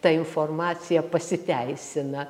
ta informacija pasiteisina